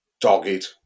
dogged